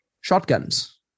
Shotguns